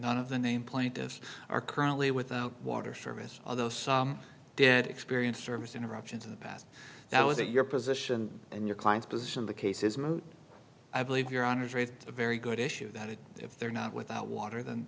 none of the name plaintiffs are currently without water service all those did experience service interruptions in the past that was it your position and your client's position the case is moot i believe your honour's raised a very good issue that is if they're not without water than